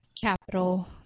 capital